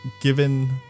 given